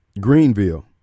Greenville